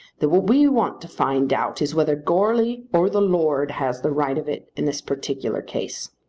that what we want to find out is whether goarly or the lord has the right of it in this particular case.